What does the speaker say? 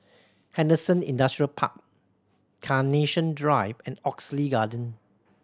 Henderson Industrial Park Carnation Drive and Oxley Garden